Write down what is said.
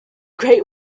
great